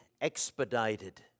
expedited